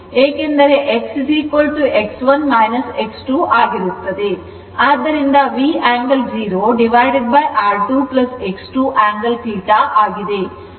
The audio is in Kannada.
ಆದ್ದರಿಂದ V angle 0 R2X2 angle θ ಆಗಿದೆ